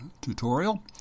tutorial